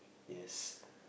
yes